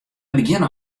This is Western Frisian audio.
begjinne